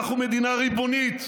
אנחנו מדינה ריבונית.